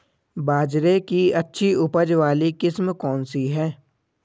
बाजरे की अच्छी उपज वाली किस्म कौनसी है?